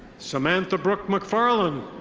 samantha brooke macfarlane.